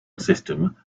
system